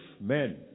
men